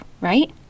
right